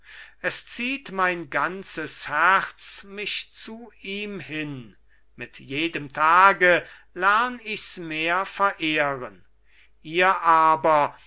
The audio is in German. es zieht mein ganzes herz mich zu ihm hin mit jedem tage lern ich's mehr verehren ihr aber